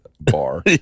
bar